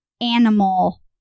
animal